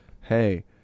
hey